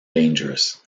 dangerous